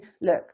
look